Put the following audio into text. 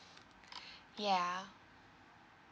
ya